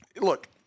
look